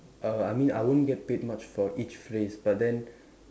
uh I mean I won't get paid much for each phrase but then